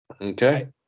Okay